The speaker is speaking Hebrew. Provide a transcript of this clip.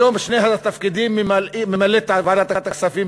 היום את שני התפקידים ממלאת ועדת הכספים,